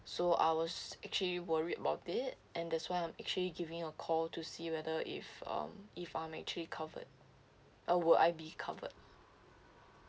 so I was actually worried about it and that's why I'm actually giving a call to see whether if um if I'm actually covered uh will I be covered